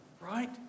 right